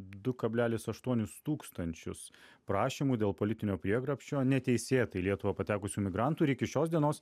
du kablelis aštuonis tūkstančius prašymų dėl politinio prieglobsčio neteisėtai į lietuvą patekusių migrantų ir iki šios dienos